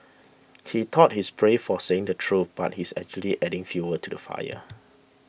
he thought he's brave for saying the truth but he's actually adding fuel to the fire